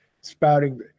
spouting